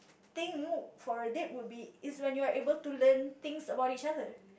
thing for a date would be is when you are able to learn things about each other